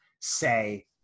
say